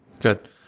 Good